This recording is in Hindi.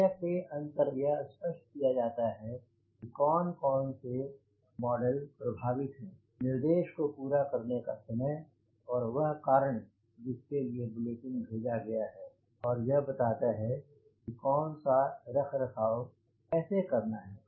विषय के अंतर यह स्पष्ट किया जाता है कि कौन कौन से मॉडल प्रभावित हैं निर्देश पूरा करने का समय और वह कारण जिसके लिए बुलेटिनस भेजा गया है और यह बताता है कि कौन सा रख रखाव कैसे करना है